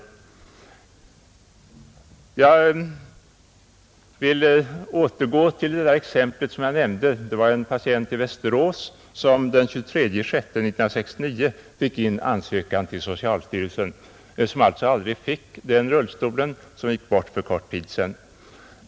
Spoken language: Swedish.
Jag vill återgå till exemplet som jag nämnde om en patient i Västerås som den 23 juni 1969 sände in ansökan till socialstyrelsen men som hann gå bort innan vederbörande fick den rullstol han ansökte om.